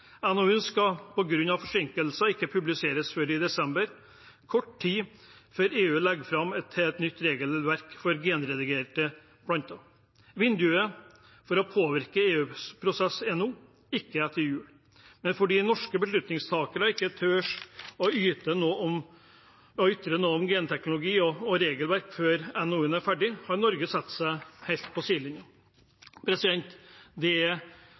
skal på grunn av forsinkelser ikke publiseres før i desember, kort tid før EU legger fram et helt nytt regelverk for genredigerte planter. Vinduet for å påvirke EUs prosess er nå, ikke etter jul. Men fordi norske beslutningstakere ikke tør å ytre noe om genteknologi og regelverk før NOU-en er ferdig, har Norge satt seg helt på sidelinjen. Det er